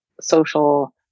social